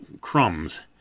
crumbs